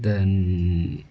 then